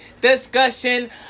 discussion